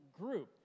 group